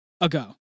ago